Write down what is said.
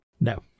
No